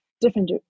different